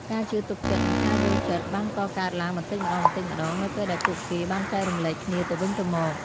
ការជឿទុកចិត្តនិងការយល់ចិត្តបានកកើតឡើងបន្តិចម្តងៗនៅពេលដែលពួកគេបានចែករំលែកគ្នាទៅវិញទៅមក។